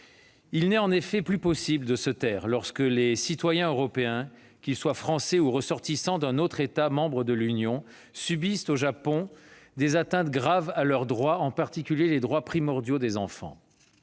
Il n'est en effet plus possible de se taire lorsque les citoyens européens, qu'ils soient Français ou ressortissants d'un autre État membre de l'Union, subissent au Japon des atteintes graves à leurs droits, en particulier quand il est question des droits primordiaux des enfants.